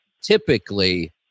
Typically